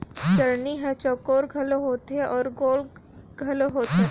चलनी हर चउकोर घलो होथे अउ गोल घलो होथे